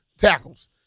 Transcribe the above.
tackles